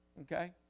Okay